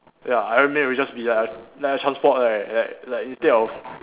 ya iron man will be just like a like a transport like like like instead of